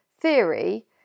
theory